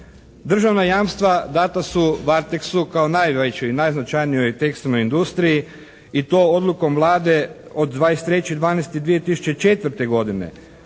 Državna jamstva dana su "Varteksu" kao najvećoj i najznačajnijoj tekstilnoj industriji i to odlukom Vlade od 23.12.2004. godine